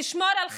ולשמור על חייהן,